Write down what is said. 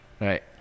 Right